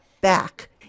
back